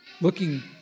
looking